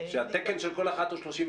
והתקן של כל אחת הוא 38,